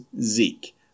Zeke